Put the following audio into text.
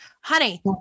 honey